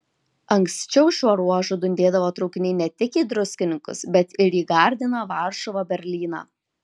anksčiau šiuo ruožu dundėdavo traukiniai ne tik į druskininkus bet ir į gardiną varšuvą berlyną